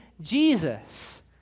Jesus